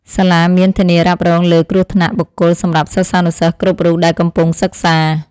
សាលាមានធានារ៉ាប់រងលើគ្រោះថ្នាក់បុគ្គលសម្រាប់សិស្សានុសិស្សគ្រប់រូបដែលកំពុងសិក្សា។